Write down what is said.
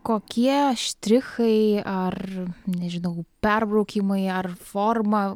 kokie štrichai ar nežinau perbraukimai ar forma